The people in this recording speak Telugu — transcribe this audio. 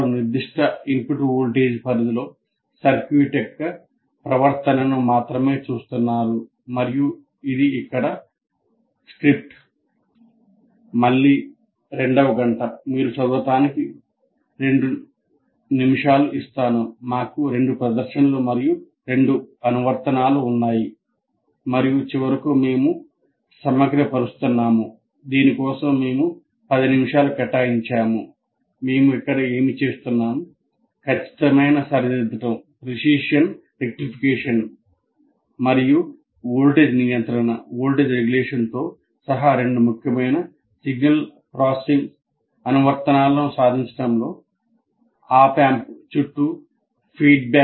వారు నిర్దిష్ట ఇన్పుట్ వోల్టేజ్ పరిధిలో సర్క్యూట్ యొక్క ప్రవర్తనను మాత్రమే చూస్తున్నారు మరియు ఇది ఇక్కడ స్క్రిప్ట్